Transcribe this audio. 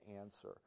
answer